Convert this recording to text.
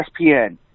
ESPN